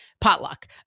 potluck